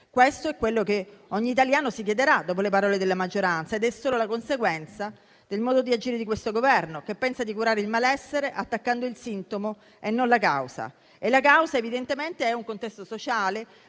Questo è ciò che ogni italiano si chiederà dopo le parole della maggioranza ed è solo la conseguenza del modo di agire di questo Governo, che pensa di curare il malessere attaccando il sintomo e non la causa. La causa, evidentemente, è un contesto sociale,